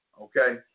okay